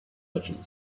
merchant